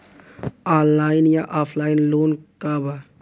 Online या offline loan का बा?